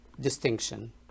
distinction